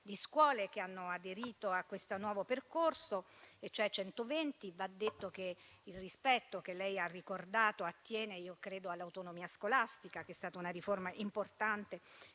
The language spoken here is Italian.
di scuole che hanno aderito a questo nuovo percorso, cioè 120. Va detto che il rispetto, che lei ha ricordato, attiene io credo all'autonomia scolastica, che è stata una riforma importante